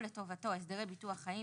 לטובתו הסדרי ביטוח המדינה בתשלום חיים,